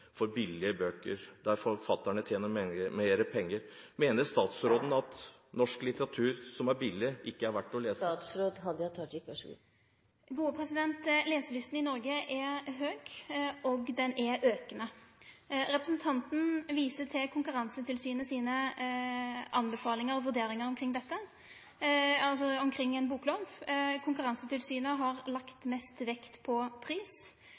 der forfatterne tjener mer penger. Mener statsråden at norsk litteratur som er billig, ikke er verd å lese? Leselysta i Noreg er høg, og ho er aukande. Representanten viser til Konkurransetilsynet sine anbefalingar og vurderingar omkring ei boklov. Konkurransetilsynet har lagt mest vekt på pris